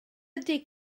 ydy